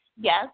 Yes